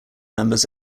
members